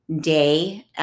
day